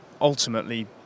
ultimately